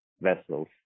vessels